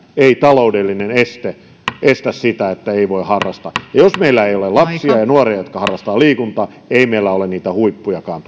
ei taloudellinen este estä sitä että voi harrastaa jos meillä ei ole lapsia ja nuoria jotka harrastavat liikuntaa ei meillä ole niitä huippujakaan